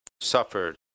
suffered